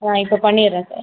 ஆ இப்போ பண்ணிடுறேன் சார்